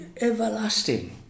everlasting